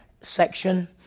section